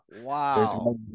Wow